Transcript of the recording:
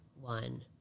one